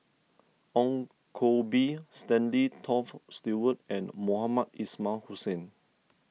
Ong Koh Bee Stanley Toft Stewart and Mohamed Ismail Hussain